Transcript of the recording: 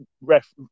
ref